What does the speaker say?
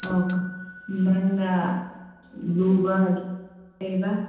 ꯑꯣ ꯅꯪꯅ ꯂꯨꯕ ꯀꯩꯑꯕ